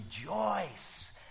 rejoice